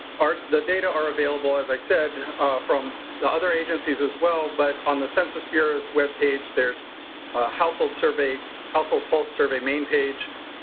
the data are available as i said from the other agencies as well. but on the census bureau's web page there is household survey, household pulse survey main page,